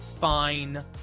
fine